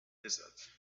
desert